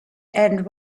and